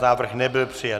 Návrh nebyl přijat.